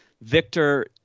Victor